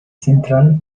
central